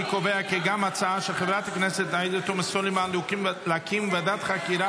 אני קובע כי גם ההצעה של חברת הכנסת עאידה תומא סלימאן להקים ועדת חקירה